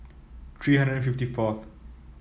three hundred and fifty four